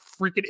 freaking